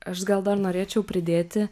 aš gal dar norėčiau pridėti